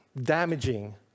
damaging